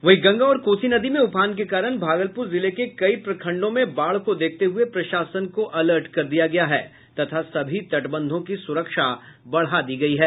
वहीं गंगा और कोसी नदी में उफान के कारण भागलपुर जिले के कई प्रखंडों में बाढ़ को देखते हुए प्रशासन को अलर्ट कर दिया गया है तथा सभी तटबंधों की सुरक्षा बढ़ा दी गई है